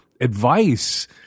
advice